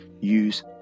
use